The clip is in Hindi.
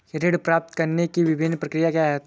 ऋण प्राप्त करने की विभिन्न प्रक्रिया क्या हैं?